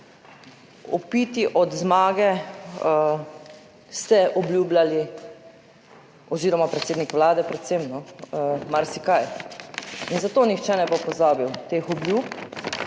Vpiti od zmage ste obljubljali oziroma predsednik Vlade, predvsem marsikaj in zato nihče ne bo pozabil teh obljub